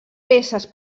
peces